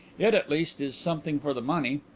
it, at least, is something for the money.